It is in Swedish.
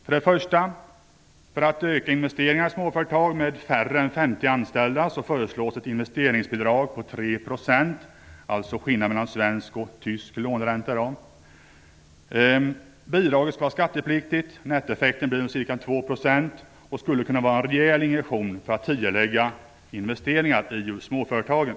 För det första: För att öka investeringar i småföretag med färre än 50 anställda föreslår vi ett investeringsbidrag på 3 %, alltså skillnaden mellan svensk och tysk låneränta i dag. Bidraget skall vara skattepliktigt. Nettoeffekten blir då ca 2 % och skulle kunna bli en rejäl injektion för att tidigarelägga investeringar i just småföretagen.